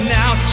now